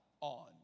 on